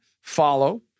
follow